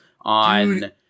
on –